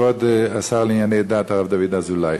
כבוד השר לענייני דת הרב דוד אזולאי,